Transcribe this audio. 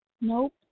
Nope